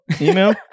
email